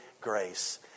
grace